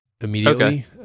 immediately